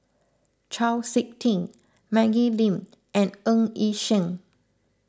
Chau Sik Ting Maggie Lim and Ng Yi Sheng